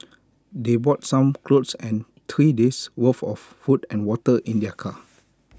they brought some clothes and three days' worth of food and water in their car